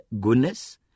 goodness